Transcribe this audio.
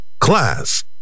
Class